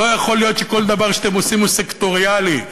לא יכול להיות שכל דבר שאתם עושים הוא סקטוריאלי,